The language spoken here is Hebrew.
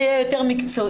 זה יהיה יותר מקצועי.